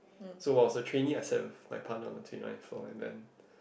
so while as a trainee I sat with my partner on the twenty ninth floor and then